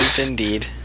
indeed